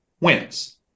wins